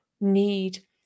need